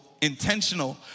intentional